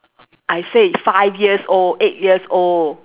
I said if five years old eight years old